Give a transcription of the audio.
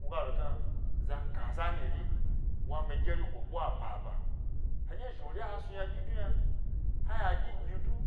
woga lo gna, zakaza nyi ri wami gyeri go ɓwababa heɗye zhni wuri ha snu ynaɗyi du yna ha yna ɗyi du